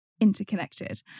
interconnected